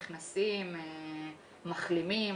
נכנסים, מחלימים.